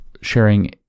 sharing